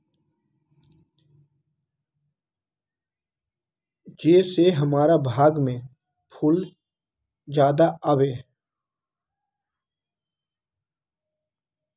जे से हमार बाग में फुल ज्यादा आवे?